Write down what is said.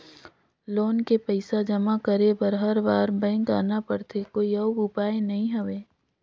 Loan के पईसा जमा करे बर हर बार बैंक आना पड़थे कोई अउ उपाय नइ हवय?